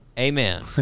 amen